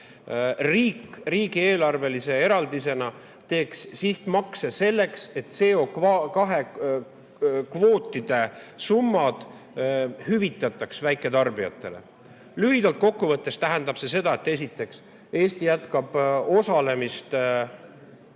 riigieelarvelise eraldisena sihtmakse, selleks et CO2kvootide summad hüvitataks väiketarbijatele. Lühidalt kokku võttes tähendab see seda, et esiteks jätkab Eesti osalemist Nord